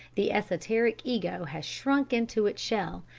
the esoteric ego has shrunk into its shell,